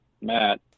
Matt